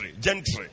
gentry